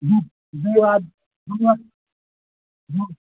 दुइ दुइए आदमी दुइ